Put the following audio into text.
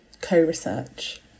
co-research